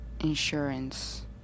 Insurance